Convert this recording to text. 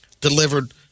delivered